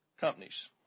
companies